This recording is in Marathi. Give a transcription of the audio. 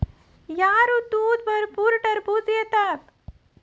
या ऋतूत भरपूर टरबूज येतात